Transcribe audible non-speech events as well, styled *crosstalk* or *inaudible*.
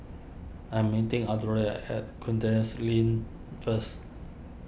I'm meeting *unintelligible* at Kandis Lane first